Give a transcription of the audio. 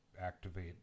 activate